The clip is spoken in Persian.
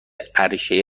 عرشه